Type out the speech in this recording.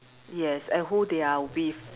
yes and who they are with